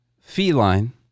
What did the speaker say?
Feline